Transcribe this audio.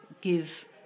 give